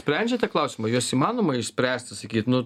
sprendžiate klausimą juos įmanoma išspręsti sakyt nu